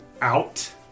out